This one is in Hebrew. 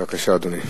בבקשה, אדוני.